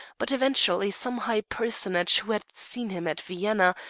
but eventually some high personage who had seen him at vienna,